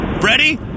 Ready